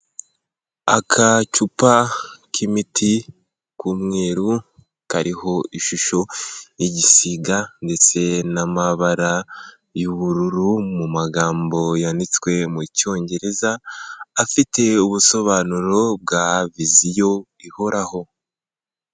Akacupa k'imiti k'umweruru, kariho ishusho n'igisiga ndetse n'amabara y'ubururu mu magambo yanditswe mu cyongereza afite ubusobanuro bwa viziyo ihoraho.